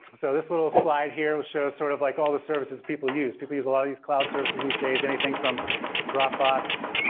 so this little slide here shows sort of like all the services people use. people use a lot of these cloud services these days, anything from dropbox,